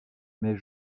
mais